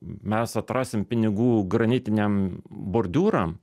mes atrasim pinigų granitiniam bordiūrams